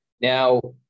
Now